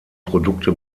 produkte